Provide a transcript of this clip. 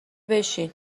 بشین